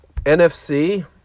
NFC